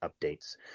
updates